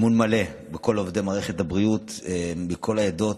אמון מלא בכל עובדי מערכת הבריאות מכל העדות,